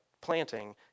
planting